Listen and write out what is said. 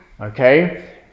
okay